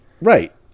Right